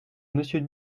monsieur